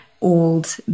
old